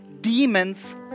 Demons